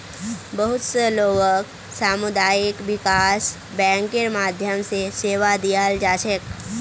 बहुत स लोगक सामुदायिक विकास बैंकेर माध्यम स सेवा दीयाल जा छेक